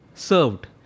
served